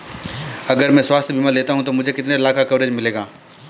अगर मैं स्वास्थ्य बीमा लेता हूं तो मुझे कितने लाख का कवरेज मिलेगा?